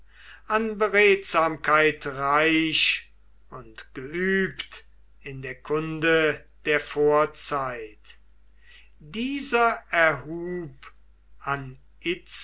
an beredsamkeit reich und geübt in der kunde der vorzeit dieser erhub anitzo